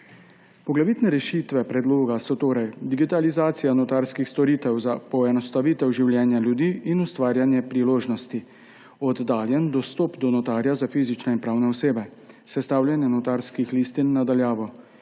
Poglavitne rešitve predloga so torej: digitalizacija notarskih storitev za poenostavitev življenja ljudi in ustvarjanje priložnosti; oddaljen dostop do notarja za fizične in pravne osebe; sestavljanje notarskih listin na daljavo,